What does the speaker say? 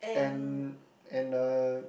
and and uh